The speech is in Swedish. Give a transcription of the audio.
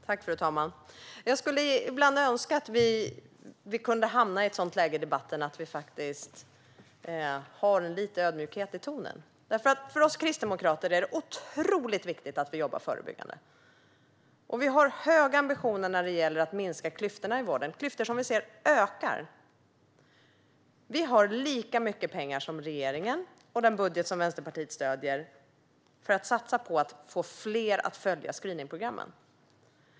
Fru talman! Jag skulle ibland önska att vi i debatten kunde hamna i ett sådant läge att vi faktiskt har lite ödmjukhet i tonen. För oss kristdemokrater är det otroligt viktigt att vi jobbar förebyggande. Vi har höga ambitioner när det gäller att minska klyftorna i vården - klyftor som vi ser ökar. Vi har lika mycket pengar som regeringen, och den budget som Vänsterpartiet stöder, för att satsa på att få fler att följa screeningprogrammen.